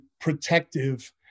protective